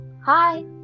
Hi